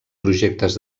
projectes